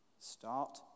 start